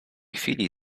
chwili